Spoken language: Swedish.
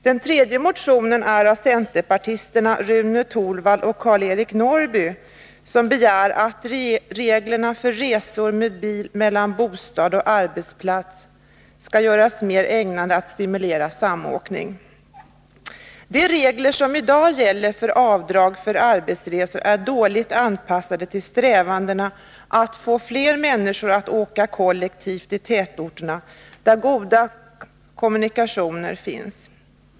Den tredje motionen, nr 219, är väckt av centerpartisterna Rune Torwald och Karl-Eric Norrby, som begär att reglerna för resor med bil mellan bostad och arbetsplats skall göras mer ägnade att stimulera samåkning. De regler som i dag gäller för avdrag för arbetsresor är dåligt anpassade till strävandena att få fler människor att åka kollektivt i tätorterna, där goda kommunikationer finns.